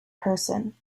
person